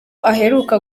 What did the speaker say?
aheruka